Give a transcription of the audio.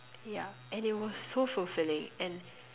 yeah and it was so fulfilling and